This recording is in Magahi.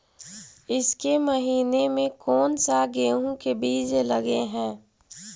ईसके महीने मे कोन सा गेहूं के बीज लगे है?